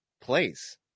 place